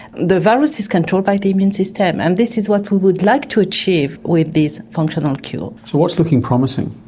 the virus is controlled by the immune system, and this is what we would like to achieve with this functional cure. so what's looking promising?